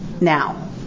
now